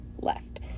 left